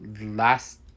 last